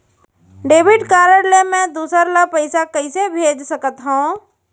Debit card ले मैं दूसर ला पइसा कइसे भेज सकत हओं?